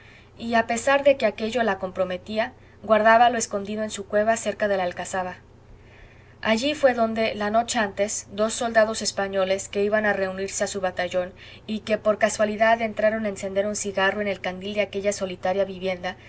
y a pesar de que aquello la comprometía guardábalo escondido en su cueva cerca de la alcazaba allí fué donde la noche antes dos soldados españoles que iban a reunirse á su batallón y que por casualidad entraron a encender un cigarro en el candil de aquella solitaria vivienda